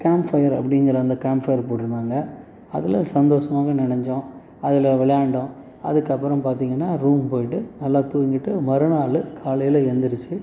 campfire அப்படிங்கிற அந்த campfire போட்டிருந்தாங்க அதில் சந்தோசமாக நெனைஞ்சோம் அதில் விளையாண்டோம் அதுக்கப்பறம் பார்த்தீங்கன்னா ரூம் போய்ட்டு நல்லா தூங்கிட்டு மறுநாள் காலையில் எந்திரிச்சு